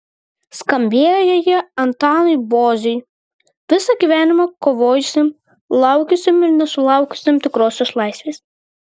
skambėjo jie antanui boziui visą gyvenimą kovojusiam laukusiam ir nesulaukusiam tikrosios laisvės